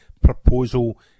proposal